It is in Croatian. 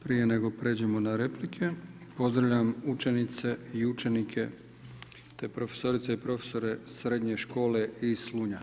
Prije nego prijeđemo na replike pozdravljam učenice i učenike, te profesorice i profesore Srednje škole iz Slunja.